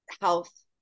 health